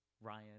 ryan